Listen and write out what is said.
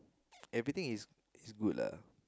everything is is good lah